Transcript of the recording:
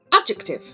Adjective